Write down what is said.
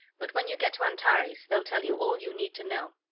but when you get to antares, they'll tell you all you need to know.